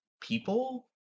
people